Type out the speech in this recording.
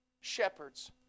shepherds